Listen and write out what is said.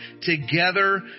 together